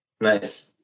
Nice